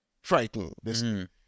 frightened